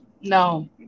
no